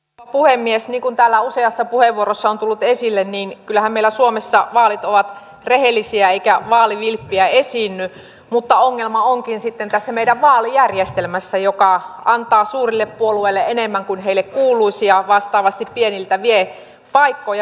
niin kuin täällä useassa puheenvuorossa on tullut esille niin kyllähän meillä suomessa vaalit ovat rehellisiä eikä vaalivilppiä esiinny mutta ongelma onkin sitten tässä meidän vaalijärjestelmässämme joka antaa suurille puolueille enemmän kuin heille kuuluisi ja vastaavasti pieniltä vie paikkoja